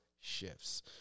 shifts